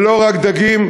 ולא רק דגים.